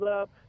up